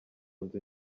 nzu